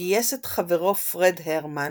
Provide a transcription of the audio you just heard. גייס את חברו פרד הרמן